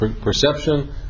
perception